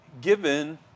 Given